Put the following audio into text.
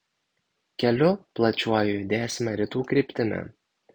keliu plačiuoju judėsime rytų kryptimi